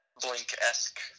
Blink-esque